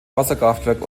wasserkraftwerk